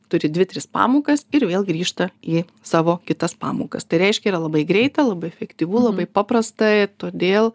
turi dvi tris pamokas ir vėl grįžta į savo kitas pamokas tai reiškia yra labai greita labai efektyvu labai paprasta todėl